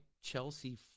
Chelsea